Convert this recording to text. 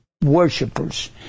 Worshippers